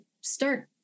start